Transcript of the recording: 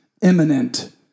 imminent